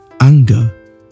anger